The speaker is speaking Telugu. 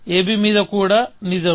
ab మీద కూడా నిజం